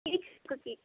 each twenty